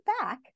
back